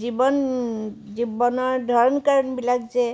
জীৱন জীৱনৰ ধৰণ কৰণবিলাক যে